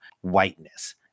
whiteness